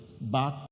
back